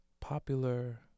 popular